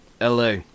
LA